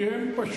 כי הם פשוט,